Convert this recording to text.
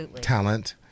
talent